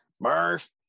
Murph